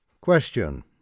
Question